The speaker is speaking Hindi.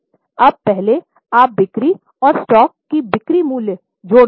अब पहले आप बिक्री और स्टॉक की बिक्री मूल्य जोड़ देंगे